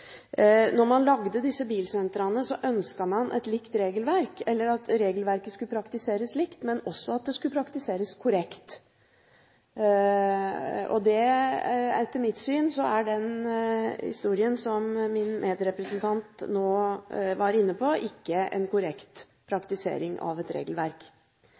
man lagde disse bilsentraene, ønsket man at regelverket skulle praktiseres likt, og også at det skulle praktiseres korrekt. Etter mitt syn er den historien som min medrepresentant nå var inne på, ikke en korrekt praktisering av